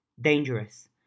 Dangerous